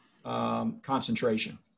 Concentration